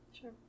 Sure